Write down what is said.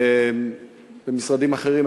ובמשרדים אחרים,